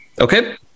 Okay